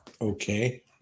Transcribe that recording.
Okay